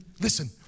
listen